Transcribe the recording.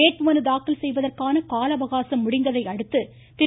வேட்புமனு தாக்கல் செய்வதற்கான காலஅவகாசம் முடிந்ததை அடுத்து திரு